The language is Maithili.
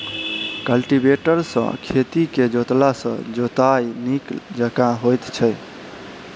कल्टीवेटर सॅ खेत के जोतला सॅ जोताइ नीक जकाँ होइत छै